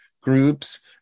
groups